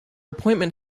appointment